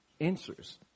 answers